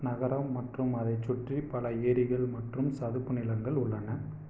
நகரம் மற்றும் அதைச் சுற்றி பல ஏரிகள் மற்றும் சதுப்பு நிலங்கள் உள்ளன